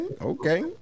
Okay